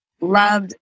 loved